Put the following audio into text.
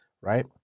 right